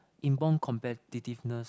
inborn competitiveness